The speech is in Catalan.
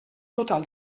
total